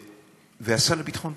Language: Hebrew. והשר לביטחון פנים.